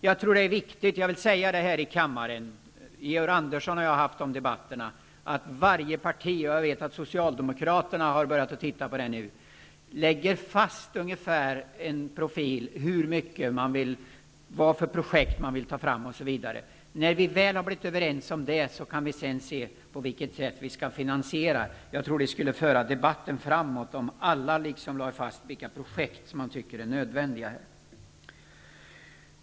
Jag tror att det är viktigt att här i kammaren understryka -- Georg Andersson och jag har haft sådana debatter -- att varje parti, Socialdemokraterna t.ex. har börjat titta på sådant nu, lägger fast en profil för de projekt man vill ta fram osv. När vi väl har blivit överens i det avseendet får vi se på vilket sätt det hela skall finansieras. Jag tror att debatten skulle föras framåt om alla lade fast de projekt som anses nödvändiga.